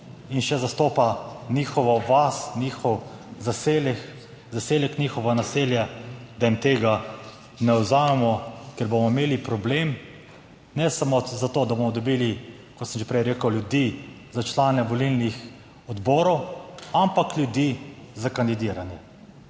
in še zastopa njihovo vas, njihov zaselek, njihovo naselje. Da jim tega ne vzamemo. Ker bomo imeli problem, ne samo za to, da bomo dobili, kot sem že prej rekel, ljudi za člane volilnih odborov, ampak ljudi za kandidiranje.